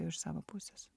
iš savo pusės